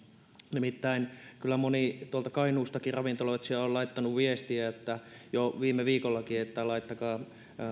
nimittäin kyllä tuolta kainuustakin moni ravintoloitsija on laittanut viestiä jo viime viikollakin että laittakaa